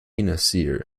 nasir